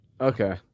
Okay